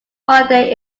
holiday